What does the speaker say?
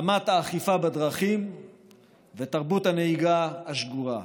רמת האכיפה בדרכים ותרבות הנהיגה השגורה.